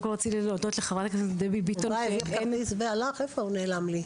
לאיפה הוא נעלם באמת?